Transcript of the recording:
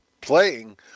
playing